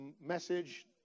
message